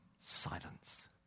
silence